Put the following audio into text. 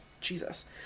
Jesus